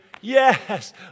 Yes